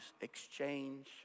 Exchange